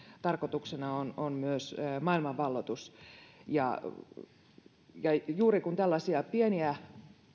tarkoituksena on on myös maailman valloitus juuri siitä että tällaisia pieniä